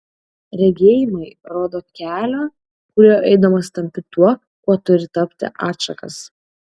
regėjimai rodo kelio kuriuo eidamas tampi tuo kuo turi tapti atšakas